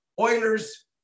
Oilers